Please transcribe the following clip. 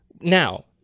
now